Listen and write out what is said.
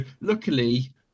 luckily